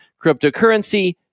cryptocurrency